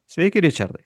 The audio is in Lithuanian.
sveiki ričardai